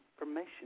information